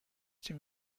dem